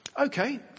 okay